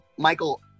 Michael